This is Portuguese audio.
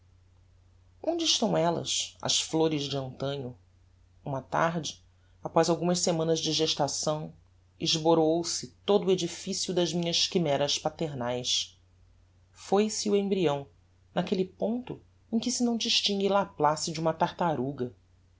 onde estão ellas as flores de antanho uma tarde apoz algumas semanas de gestação esboroou se todo o edificio das minhas chimeras paternaes foi-se o embryão naquelle ponto em que se não distingue laplace de uma tartaruga